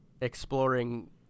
exploring